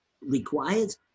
required